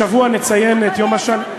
השבוע נציין את יום השנה,